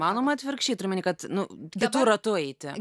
įmanoma atvirkščiai turiu omeny kad nu kitu ratu eiti